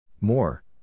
More